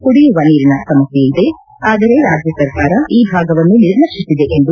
ಕುಡಿಯುವ ನರಿನ ಸಮಸ್ನೆ ಇದೆ ಆದರೆ ರಾಜ್ಲ ಸರ್ಕಾರ ಈ ಭಾಗವನ್ನು ನಿರ್ಲಕ್ಷಿಸಿದೆ ಎಂದು